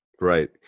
Right